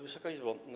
Wysoka Izbo!